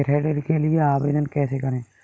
गृह ऋण के लिए आवेदन कैसे करें?